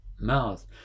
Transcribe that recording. mouth